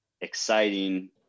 exciting